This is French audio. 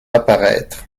apparaître